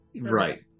right